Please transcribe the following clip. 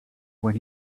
when